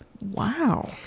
Wow